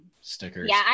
stickers